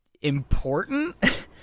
important